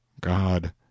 god